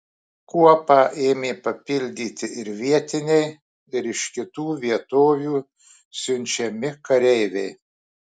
kuopą ėmė papildyti ir vietiniai ir iš kitų vietovių siunčiami kareiviai